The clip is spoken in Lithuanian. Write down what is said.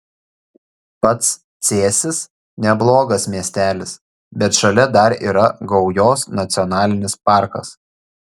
pats cėsis neblogas miestelis bet šalia dar yra gaujos nacionalinis parkas